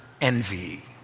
envy